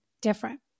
different